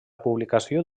publicació